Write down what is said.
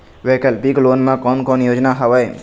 वैकल्पिक लोन मा कोन कोन योजना हवए?